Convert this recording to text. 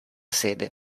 sede